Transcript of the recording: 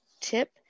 Tip